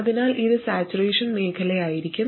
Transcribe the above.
അതിനാൽ ഇത് സാച്ചുറേഷൻ മേഖലയിലായിരിക്കും